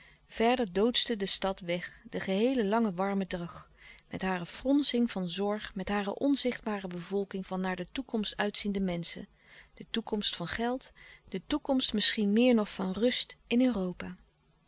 verder doodschte de stad weg den geheelen langen warmen dag met hare fronsing van zorg met hare onzichtbare bevolking van naar de toekomst uitziende menschen de toekomst van geld de toekomst misschien meer nog van rust in europa